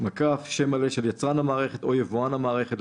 _____________ (שם מלא של יצרן המערכת או יבואן המערכת,